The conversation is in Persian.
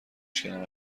شکنم